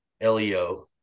LEO